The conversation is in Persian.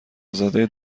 زاده